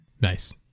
nice